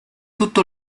tutto